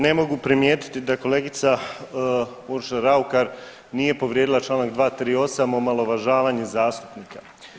Ne mogu prijetiti da kolegica Urša Raukar nije povrijedila čl. 238. omalovažavanje zastupnika.